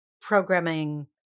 programming